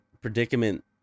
predicament